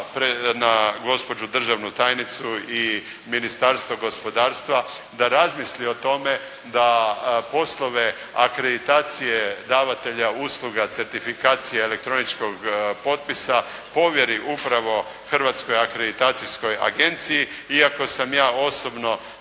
na gospođu državnu tajnicu i Ministarstvo gospodarstva, da razmisli o tome da poslove akreditacije davatelja usluga certifikacije elektroničkog potpisa, povjeri upravo Hrvatskoj akreditacijskoj agenciji, iako sam ja osobno